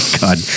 god